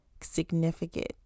significant